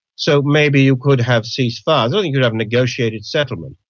so maybe you could have ceasefires or and you could have negotiated settlement.